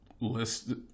list